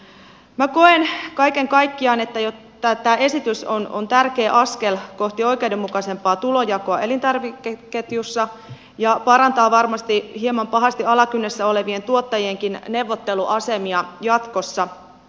minä koen kaiken kaikkiaan että tämä esitys on tärkeä askel kohti oikeudenmukaisempaa tulonjakoa elintarvikeketjussa ja varmasti hieman parantaa pahasti alakynnessä olevien tuottajienkin neuvotteluasemia jatkossa